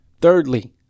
Thirdly